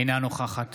אינה נוכחת